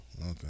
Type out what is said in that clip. okay